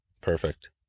Perfect